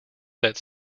that